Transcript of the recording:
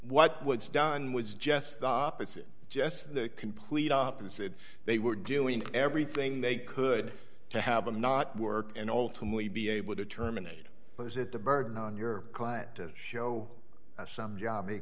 what what's done was just the opposite just the complete opposite they were doing everything they could to have them not work and ultimately be able to terminate those at the burden on your client to show some job they